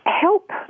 help